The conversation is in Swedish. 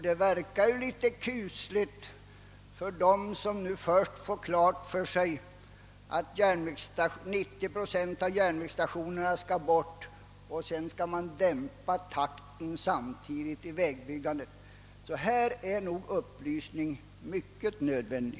Det verkar ju kusligt för dem som först får klart för sig att 90 procent av järnvägsstationerna skall bort, och därefter att man skall dämpa takten i vägbyggandet. Här är nog upplysning synnerligen nödvändig.